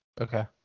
Okay